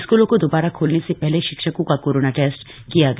स्कूलों को दोबारा खोलने से पहले शिक्षकों का कोरोना टेस्ट किया गया